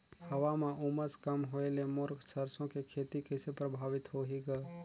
हवा म उमस कम होए ले मोर सरसो के खेती कइसे प्रभावित होही ग?